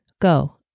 Go